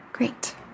Great